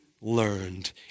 learned